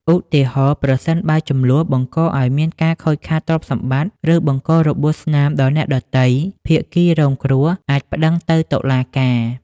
ឧទាហរណ៍ ប្រសិនបើជម្លោះបង្កឲ្យមានការខូចខាតទ្រព្យសម្បត្តិ ឬបង្ករបួសស្នាមដល់អ្នកដទៃ ភាគីរងគ្រោះអាចប្តឹងទៅតុលាការ។